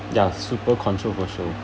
ya super controversial